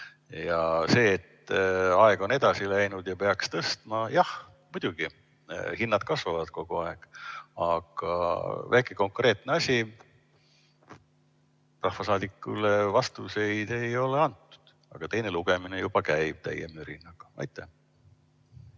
See, et aeg on edasi läinud ja peaks [lõive] tõstma – jah, muidugi, hinnad kasvavad kogu aeg. Väike konkreetne asi, rahvasaadikule vastuseid ei ole antud. Aga teine lugemine juba käib täie mürinaga. Aitäh!